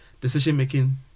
decision-making